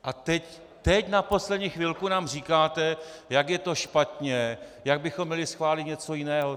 A teď na poslední chvilku nám říkáte, jak je to špatně, jak bychom měli schválit něco jiného.